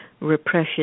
Repression